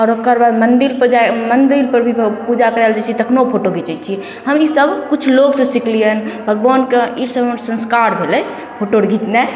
आओर ओकरबाद मन्दिर पर जाइ मन्दिरपर भी पूजा करल जाइ छियै तखनो फोटो घिचय छियै हम ईसब किछु लोगसँ सिखलियै हन भगवानके ई सब हमर संस्कार भेलय फोटो अर घिचनाइ